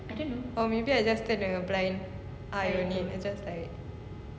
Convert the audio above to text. or maybe I just turn a blind eye on it it just like